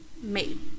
made